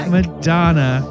Madonna